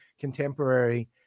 contemporary